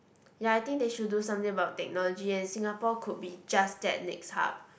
ya I think they should do something about technology and Singapore could be just that next hub